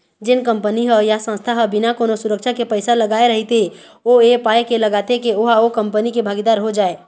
जेन कंपनी ह या संस्था ह बिना कोनो सुरक्छा के पइसा लगाय रहिथे ओ ऐ पाय के लगाथे के ओहा ओ कंपनी के भागीदार हो जाय